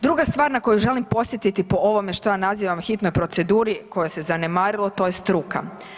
Druga stvar na koju želim podsjetiti po ovome što ja nazivam hitnoj proceduri koja se zanemarilo, to je struka.